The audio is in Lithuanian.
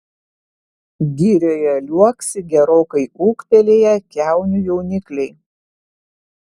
girioje liuoksi gerokai ūgtelėję kiaunių jaunikliai